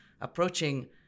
approaching